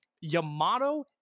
Yamato